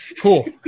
cool